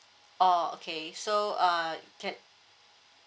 oh okay so uh can